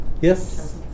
Yes